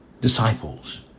disciples